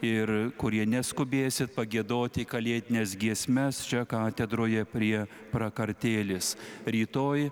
ir kurie neskubėsit pagiedoti kalėdines giesmes čia katedroje prie prakartėlės rytoj